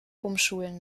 umschulen